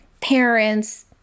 parents